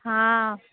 हा